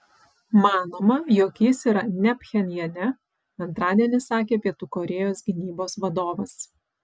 manoma jog jis yra ne pchenjane antradienį sakė pietų korėjos gynybos vadovas